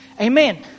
Amen